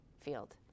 field